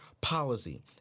policy